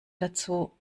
dazu